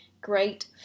Great